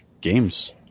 games